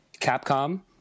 Capcom